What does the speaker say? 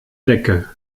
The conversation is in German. decke